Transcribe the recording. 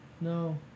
No